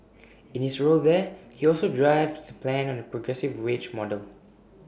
in his role there he also drives the plans on A progressive wage model